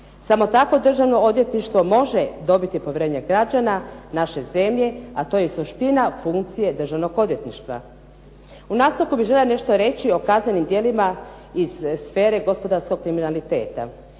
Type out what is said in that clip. Samo tako Državno odvjetništvo može dobiti povjerenje građana naše zemlje a to je suština funkcije Državnog odvjetništva. U nastavku bih željela nešto reći o kaznenim djelima iz sfere gospodarskog kriminaliteta.